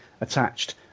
attached